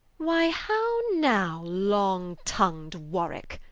why how now long-tongu'd warwicke,